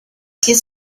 get